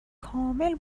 کامل